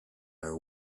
our